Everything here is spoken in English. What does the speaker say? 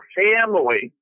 family